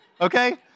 okay